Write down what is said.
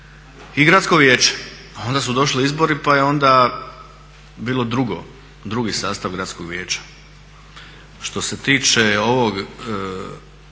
i gradsko vijeće. Pa onda su došli izbori pa je onda bio drugi sastav gradskog vijeća. Što se tiče toga